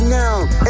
now